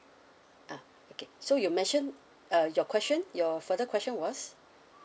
ah okay so you mentioned uh your question your further question was